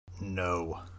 No